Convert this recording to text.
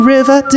River